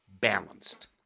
balanced